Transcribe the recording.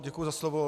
Děkuji za slovo.